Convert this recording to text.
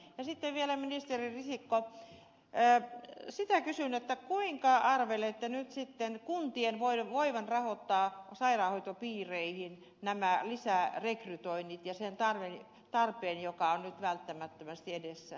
sitten vielä ministeri risikko sitä kysyn kuinka arvelette nyt sitten kuntien voivan rahoittaa sairaanhoitopiireihin nämä lisärekrytoinnit ja sen tarpeen jotka ovat nyt välttämättömästi edessä